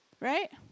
Right